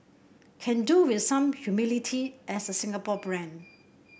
can do with some humility as a Singapore brand